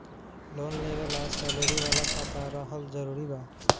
Loan लेवे ला salary वाला खाता रहल जरूरी बा?